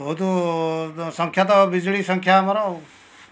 ବହୁତ ସଂଖ୍ୟା ତ ବିଜୁଳି ସଂଖ୍ୟା ଆମର ଆଉ